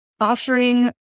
offering